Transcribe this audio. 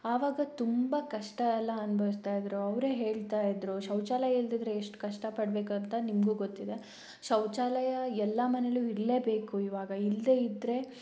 ಆವಾಗ ತುಂಬ ಕಷ್ಟ ಎಲ್ಲ ಅನುಭವಿಸ್ತಾ ಇದ್ದರು ಅವರೇ ಹೇಳ್ತಾ ಇದ್ದರು ಶೌಚಾಲಯ ಇಲ್ಲದಿದ್ದರೆ ಎಷ್ಟು ಕಷ್ಟ ಪಡಬೇಕು ಅಂತ ನಿಮಗೂ ಗೊತ್ತಿದೆ ಶೌಚಾಲಯ ಎಲ್ಲಾ ಮನೇಲ್ಲೂ ಇರಲೇ ಬೇಕು ಇವಾಗ ಇಲ್ಲದೆ ಇದ್ದರೆ